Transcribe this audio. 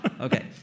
okay